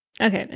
Okay